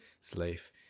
slave